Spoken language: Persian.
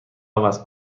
عوض